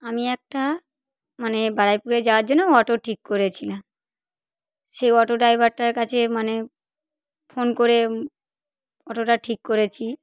আমি একটা মানে বারুইপুরে যাওয়ার জন্য অটো ঠিক করেছিলাম সে অটো ড্রাইভারটার কাছে মানে ফোন করে অটোটা ঠিক করেছি